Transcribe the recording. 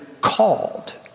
called